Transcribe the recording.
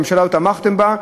הממשלה הזאת תמכה בה,